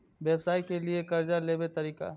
व्यवसाय के लियै कर्जा लेबे तरीका?